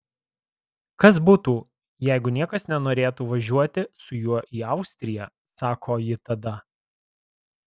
kas būtų jeigu niekas nenorėtų važiuoti su juo į austriją sako ji tada